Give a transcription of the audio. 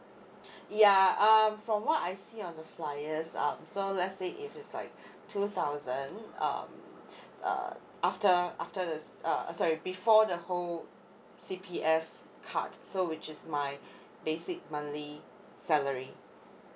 ya um from what I see on the flyers um so let's say if it's like two thousand um uh after after the uh sorry before the whole C_P_F cut so which is my basic monthly salary